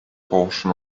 portion